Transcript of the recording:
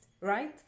right